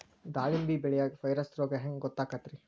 ದಾಳಿಂಬಿ ಬೆಳಿಯಾಗ ವೈರಸ್ ರೋಗ ಹ್ಯಾಂಗ ಗೊತ್ತಾಕ್ಕತ್ರೇ?